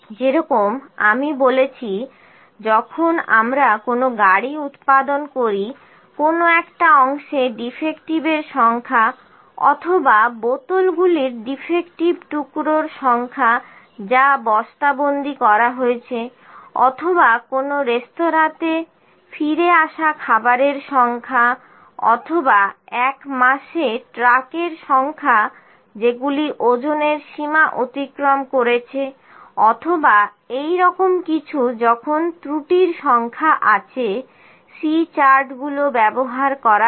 যেরকম আমি বলেছি যখন আমরা কোনো গাড়ি উৎপাদন করি কোনো একটা অংশে ডিফেক্টিভ এর সংখ্যা অথবা বোতলগুলির ডিফেক্টিভ টুকরোর সংখ্যা যা বস্তাবন্দী করা হয়েছে অথবা কোনো রেস্তোরাঁতে ফিরে আসা খাবারের সংখ্যা অথবা এক মাসে ট্রাক এর সংখ্যা যেগুলি ওজনের সীমা অতিক্রম করেছে অথবা এই রকম কিছু যখন ত্রুটির সংখ্যা আছে C চার্টগুলো ব্যবহার করা হয়